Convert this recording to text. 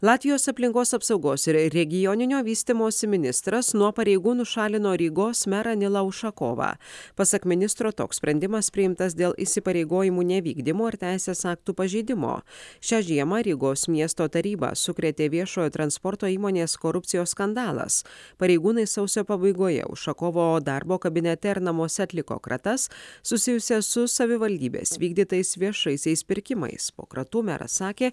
latvijos aplinkos apsaugos ir regioninio vystymosi ministras nuo pareigų nušalino rygos merą nilą ušakovą pasak ministro toks sprendimas priimtas dėl įsipareigojimų nevykdymo ar teisės aktų pažeidimo šią žiemą rygos miesto tarybą sukrėtė viešojo transporto įmonės korupcijos skandalas pareigūnai sausio pabaigoje ušakovo darbo kabinete ir namuose atliko kratas susijusias su savivaldybės vykdytais viešaisiais pirkimais po kratų meras sakė